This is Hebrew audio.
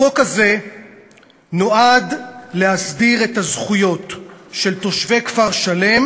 החוק הזה נועד להסדיר את הזכויות של תושבי כפר-שלם